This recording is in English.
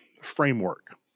framework